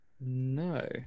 No